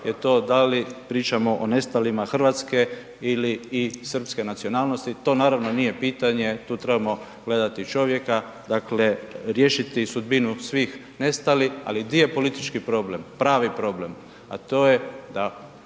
je to da li pričamo o nestalima Hrvatske ili i srpske nacionalnosti, to naravno nije pitanje, tu trebamo gledati čovjeka, dakle riješiti sudbinu svih nestalih ali gdje je politički problem, pravi problem, a to je da